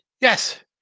Yes